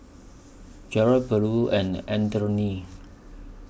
Jarrod Beula and Anfernee